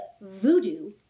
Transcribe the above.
voodoo